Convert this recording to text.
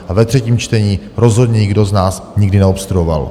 A ve třetím čtení rozhodně nikdo z nás nikdy neobstruoval.